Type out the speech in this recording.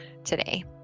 today